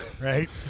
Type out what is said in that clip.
right